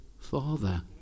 Father